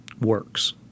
works